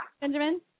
Benjamin